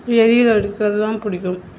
ஏரியில் அடிக்கிறதுதான் பிடிக்கும்